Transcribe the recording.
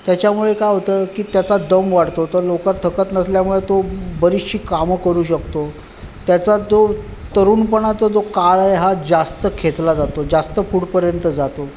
त्याच्यामुळे काय होतं की त्याचा दम वाढतो तो लवकर थकत नसल्यामुळे तो बरीचशी कामं करू शकतो त्याचा तो तरुणपणाचा जो काळ आहे हा जास्त खेचला जातो जास्त पुढेपर्यंत जातो